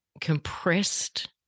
compressed